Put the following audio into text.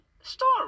story